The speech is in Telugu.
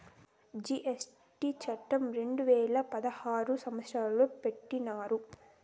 జీ.ఎస్.టీ చట్టం రెండు వేల పదహారు సంవత్సరంలో పెట్టినారు